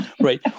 right